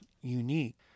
unique